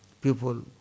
people